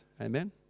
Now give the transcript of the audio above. Amen